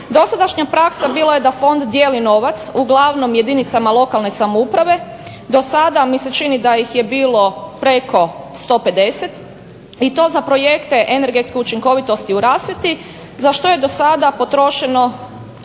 Dosadašnja praksa bila je da fond dijeli novac uglavnom jedinicama lokalne samouprave. Dosada mi se čini da ih je bilo preko 150 i to za projekte energetske učinkovitosti u rasvjeti za što je dosada potrošeno,